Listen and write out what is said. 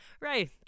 Right